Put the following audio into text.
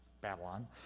Babylon